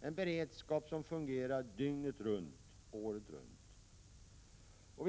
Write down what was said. en beredskap som fungerar dygnet runt, året runt.